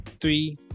three